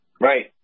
Right